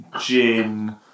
gin